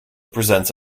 presents